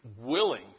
willing